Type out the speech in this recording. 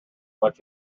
much